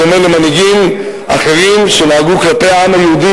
בדומה למנהיגים אחרים שנהגו כלפי העם היהודי